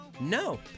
No